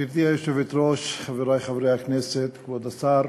גברתי היושבת-ראש, חברי חברי הכנסת, כבוד השר,